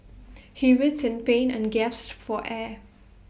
he writhed in pain and gasped for air